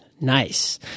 Nice